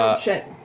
shit!